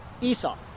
Esau